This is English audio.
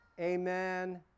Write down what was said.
Amen